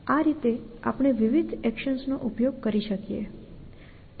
આ રીતે આપણે વિવિધ એક્શન્સનો ઉપયોગ કરી શકીએ